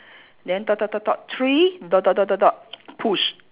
then dot dot dot dot three dot dot dot dot dot push